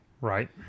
Right